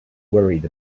worried